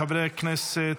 חברי הכנסת,